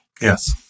Yes